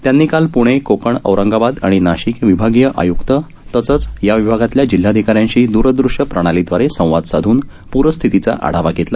त्यांनी काल प्णे कोकण औरंगाबाद आणि नाशिक विभागीय आय्क्त तसंच या विभागातल्या जिल्हाधिकाऱ्यांशी द्रदृश्य प्रणालीदवारे संवाद साधून प्रस्थितीचा आढावा घेतला